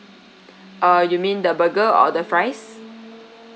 uh you mean the burger or the fries